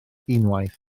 unwaith